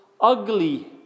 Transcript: ugly